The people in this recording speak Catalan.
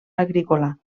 agrícola